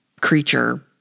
creature